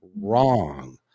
wrong